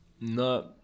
no